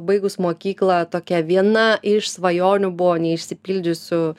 baigus mokyklą tokia viena iš svajonių buvo neišsipildžiusių